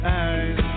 eyes